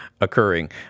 occurring